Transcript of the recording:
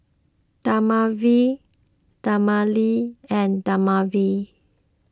Dermaveen Dermale and Dermaveen